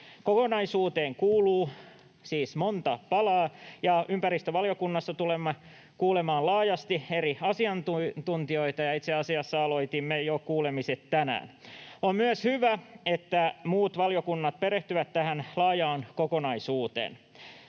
Kokonaisuuteen kuuluu siis monta palaa, ja ympäristövaliokunnassa tulemme kuulemaan laajasti eri asiantuntijoita, ja itse asiassa aloitimme kuulemiset jo tänään. On myös hyvä, että muut valiokunnat perehtyvät tähän laajaan kokonaisuuteen.